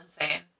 insane